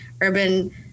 urban